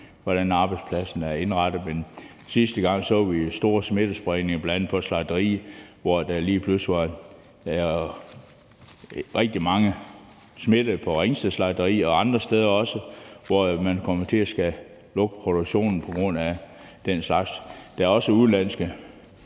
hvordan arbejdspladsen er indrettet. Sidste gang så vi jo en stor smittespredning på bl.a. slagterier, hvor der lige pludselig var rigtig mange smittede – på slagteriet i Ringsted og også andre steder – og hvor man var nødt til at lukke produktionen på grund af det. Der er også udenlandske